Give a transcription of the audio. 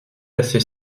assez